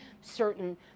certain